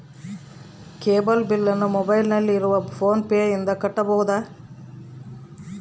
Cable ಬಿಲ್ಲನ್ನು ಮೊಬೈಲಿನಲ್ಲಿ ಇರುವ ಫೋನ್ ಪೇನಿಂದ ಕಟ್ಟಬಹುದಾ?